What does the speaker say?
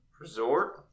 Resort